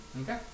Okay